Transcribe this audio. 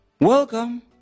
welcome